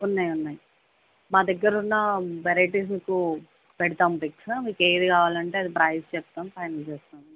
ఉన్నాయ్ ఉన్నయ్ మా దగ్గరున్న వెరైటీస్ మీకు పెడతాం పిక్స్ మీకు ఏది కావాలంటే అది ప్రైస్ చెప్తాం ఫైనల్ చేస్తాం